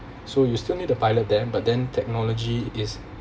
so you still need the pilot then but then technology is